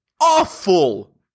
awful